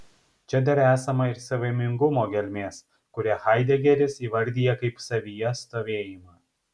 čia dar esama ir savaimingumo gelmės kurią haidegeris įvardija kaip savyje stovėjimą